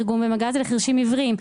תרגום למגע זה לחירשים עיוורים,